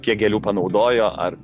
kiek gėlių panaudojo ar